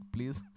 Please